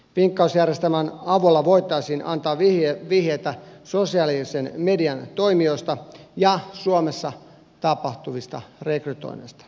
vinkkausjärjestelmän avulla voitaisiin antaa vihjeitä sosiaalisen median toimijoista ja suomessa tapahtuvista rekrytoinneista